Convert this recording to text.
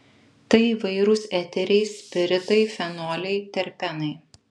tai įvairūs eteriai spiritai fenoliai terpenai